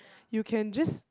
you can just